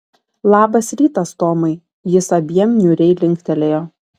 labas rytas tomai jis abiem niūriai linktelėjo